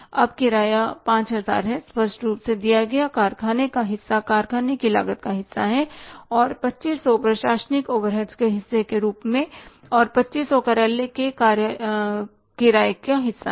अब किराया 5000 है स्पष्ट रूप से दिया गया कारखाने का हिस्सा कारखाने की लागत का हिस्सा है और 2500 प्रशासनिक ओवरहेड्स के हिस्से के रूप में 2500 कार्यालय के किराए का हिस्सा है